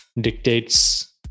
dictates